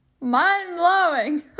mind-blowing